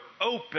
open